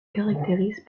caractérise